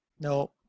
No